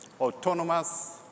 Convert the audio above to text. autonomous